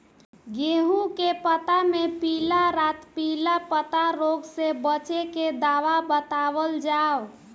गेहूँ के पता मे पिला रातपिला पतारोग से बचें के दवा बतावल जाव?